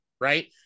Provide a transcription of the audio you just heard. right